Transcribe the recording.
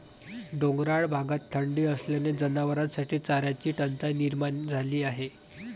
डोंगराळ भागात थंडी असल्याने जनावरांसाठी चाऱ्याची टंचाई निर्माण झाली आहे